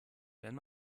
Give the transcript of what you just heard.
wenn